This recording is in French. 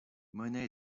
monnet